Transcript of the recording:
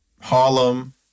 Harlem